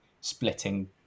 splitting